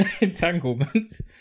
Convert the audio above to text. entanglements